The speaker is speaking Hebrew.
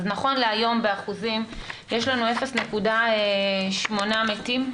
אז נכון להיום באחוזים יש לנו 0.8% מתים,